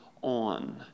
On